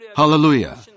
Hallelujah